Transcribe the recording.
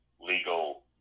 legal